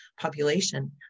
population